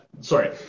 sorry